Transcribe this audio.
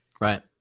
Right